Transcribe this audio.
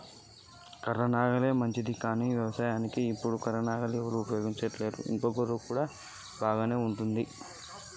కర్ర నాగలి మంచిదా లేదా? ఇనుప గొర్ర?